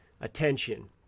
attention